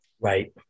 Right